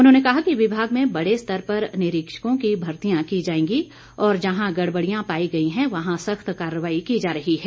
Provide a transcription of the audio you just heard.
उन्होंने कहा कि विभाग में बड़े स्तर पर निरीक्षकों की भर्तियां की जाएंगी और जहां गड़बड़ियां पाई गई हैं वहां सख्त कार्रवाई की जा रही है